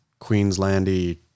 Queenslandy